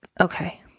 okay